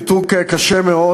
ניתוק קשה מאוד,